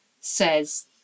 says